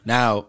Now